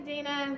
Dana